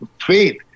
faith